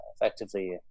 effectively